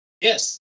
Yes